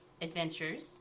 adventures